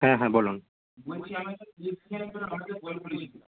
হ্যাঁ হ্যাঁ বলুন